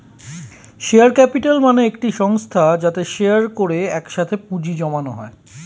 share capital মানে একটি সংস্থা যাতে শেয়ার করে একসাথে পুঁজি জমানো হয়